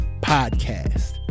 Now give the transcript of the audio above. podcast